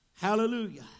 Hallelujah